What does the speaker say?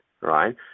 right